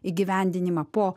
įgyvendinimą po